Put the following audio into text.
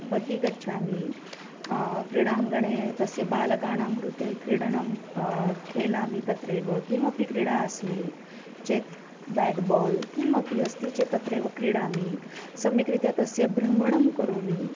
बहि गच्छामि क्रीडाङ्गणे तस्य बालकानां कृते क्रीडनं खेलामि तत्रेव किमपि क्रीडा अस्मि चेत् ब्याट् बाल् किमपि अस्ति चेत् तत्रैव क्रीडामि सम्यक्रीत्या तस्य भ्रमणं करोमि